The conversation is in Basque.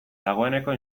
dagoeneko